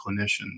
clinicians